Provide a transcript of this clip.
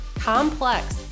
complex